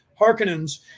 Harkonnens